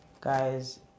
guys